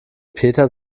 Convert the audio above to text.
peter